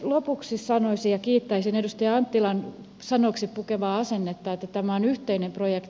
lopuksi kiittäisin edustaja anttilan sanoiksi pukemaa asennetta että tämä on yhteinen projekti